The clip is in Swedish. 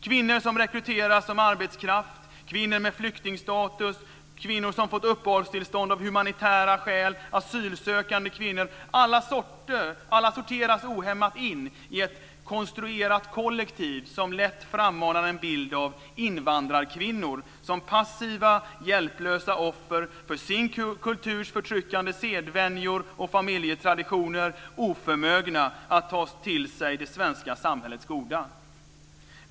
Kvinnor som rekryteras som arbetskraft, kvinnor med flyktingstatus, kvinnor som fått uppehållstillstånd av humanitära skäl, asylsökande kvinnor - alla sorteras ohämmat in i ett konstruerat kollektiv som lätt frammanar en bild av "invandrarkvinnor" som passiva, hjälplösa offer för sin kulturs förtryckande sedvänjor och familjetraditioner, oförmögna att ta till sig av det svenska samhällets goda.